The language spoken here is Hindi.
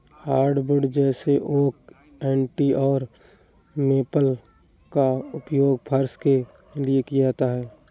हार्डवुड जैसे ओक सन्टी और मेपल का उपयोग फर्श के लिए किया जाता है